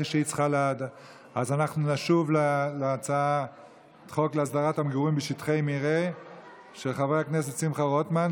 אנחנו עוברים להצעת החוק של חבר הכנסת ניסים ואטורי,